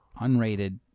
unrated